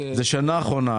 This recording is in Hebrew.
שנה אחרונה.